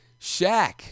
Shaq